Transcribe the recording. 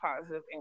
positive